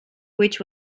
which